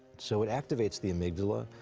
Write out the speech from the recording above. so it activates the amygdala,